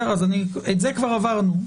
את זה כבר עברנו.